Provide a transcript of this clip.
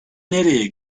nereye